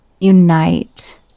unite